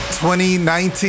2019